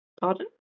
pardon